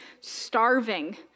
starving